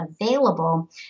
available